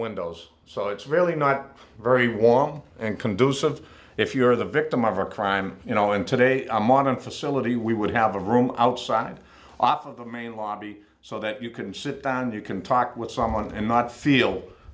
windows so it's really not very warm and conducive if you're the victim of a crime you know in today's modern facility we would have a room outside off of the main lobby so that you can sit down and you can talk with someone and not feel